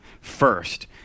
first